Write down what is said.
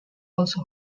also